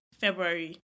February